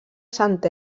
sant